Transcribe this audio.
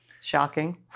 Shocking